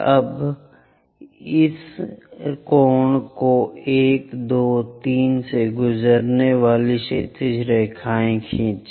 अब इस कोण पर 1 2 3 से गुजरने वाली क्षैतिज रेखाएँ खींचें